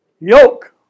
yoke